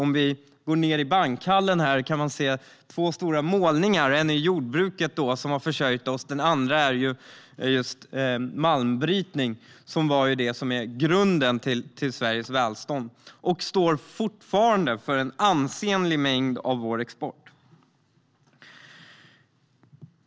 I Bankhallen här i riksdagen kan vi se två stora målningar av de näringar som har försörjt oss. Den ena föreställer jordbruket. Den andra föreställer malmbrytningen, som var grunden för Sveriges välstånd. Den står fortfarande för en ansenlig del av vår export.